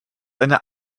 eine